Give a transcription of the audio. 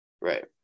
Right